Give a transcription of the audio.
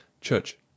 Church